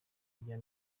bya